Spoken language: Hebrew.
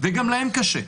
וגם להם קשה.